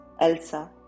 Elsa